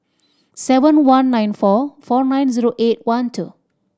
seven one nine four four nine zero eight one two